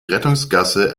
rettungsgasse